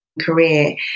career